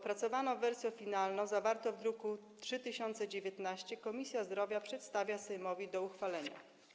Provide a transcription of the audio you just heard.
Opracowaną wersję finalną, zawartą w druku nr 3019, Komisja Zdrowia przedstawia Sejmowi do uchwalenia.